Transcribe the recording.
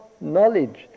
knowledge